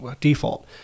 default